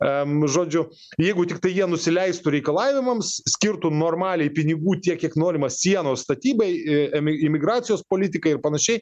em žodžiu jeigu tiktai jie nusileistų reikalavimams skirtų normaliai pinigų tiek kiek norima sienos statybai e imi imigracijos politikai ir panašiai